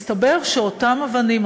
מסתבר שאותן אבנים,